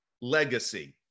Legacy